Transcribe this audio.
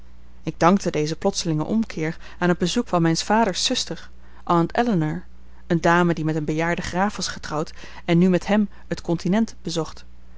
ik dankte dezen plotselingen omkeer aan het bezoek van mijns vaders zuster aunt ellinor eene dame die met een bejaarden graaf was getrouwd en nu met hem het continent bezocht